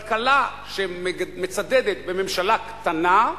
כלכלה שמצדדת בממשלה קטנה,